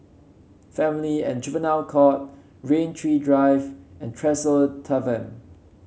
Family and Juvenile Court Rain Tree Drive and Tresor Tavern